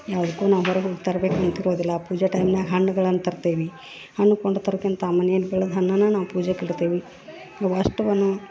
ಯಾವುದಕ್ಕೂ ನಾ ಹೊರಗೆ ಹೋಗಿ ತರ್ಬೇಕಂತ ಇರೋದಿಲ್ಲ ಪೂಜೆ ಟೈಮ್ನ್ಯಾಗ ಹಣ್ಗಳನ ತರ್ತೇವಿ ಹಣ್ಣ್ ಕೊಂಡು ತರೋಕ್ಕಿಂತ ಮನೆಯಲ್ಲಿ ಬೆಳದ ಹಣ್ಣನ ನಾವು ಪೂಜೆಗೆ ಇಡ್ತೀವಿ ಅವ ಅಷ್ಟವನ್ನು